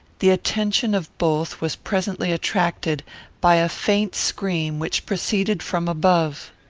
the attention of both was presently attracted by a faint scream, which proceeded from above.